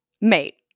Mate